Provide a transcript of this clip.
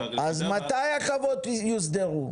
אז מתי החוות יוסדרו?